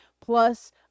Plus